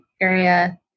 area